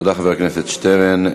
תודה, חבר הכנסת שטרן.